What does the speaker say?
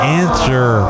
answer